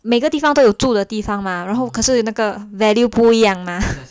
每个地方都有住的地方嘛然后可是那个 value 不一样嘛